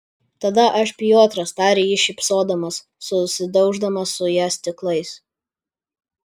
tada aš piotras tarė jis šypsodamas susidauždamas su ja stiklais